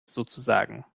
sozusagen